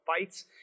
fights